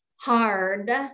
hard